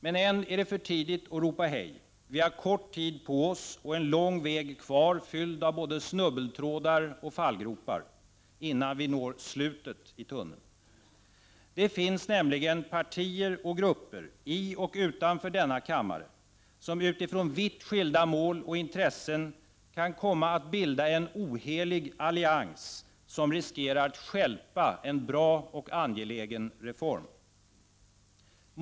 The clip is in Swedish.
Men än är det för tidigt att ropa hej. Vi har kort tid på oss och en lång väg kvar, fylld av både snubbeltrådar och fallgropar innan vi når slutet av tunneln. Det finns nämligen partier och grupper i och utanför denna kammare som utifrån vitt skilda mål och intressen kan komma att bilda en ohelig allians som riskerar att stjälpa en bra och angelägen reform.